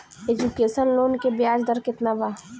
Education loan के ब्याज दर केतना बा?